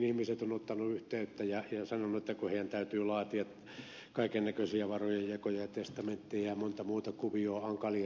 ihmiset ovat ottaneet yhteyttä ja sanoneet että kun heidän täytyy laatia kaiken näköisiä varojen jakoja ja testamentteja ja monta muuta kuviota hankalia juttuja